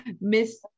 Miss